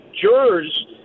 jurors